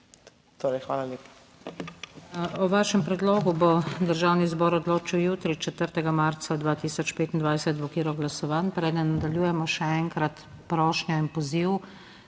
NATAŠA SUKIČ: O vašem predlogu bo Državni zbor odločil jutri, 4. marca 2025, v okviru glasovanj. Preden nadaljujemo še enkrat prošnja in poziv,